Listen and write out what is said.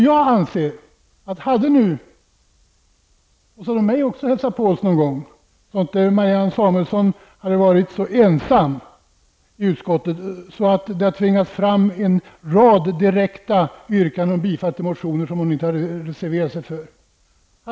Jag anser att om Åsa Domeij hade hälsat på oss någon gång, så att inte Marianne Samuelsson hade varit så ensam i utskottet, hade det kanske inte tvingats fram en rad direkta yrkanden om bifall till motioner som hon inte hade reserverat sig för.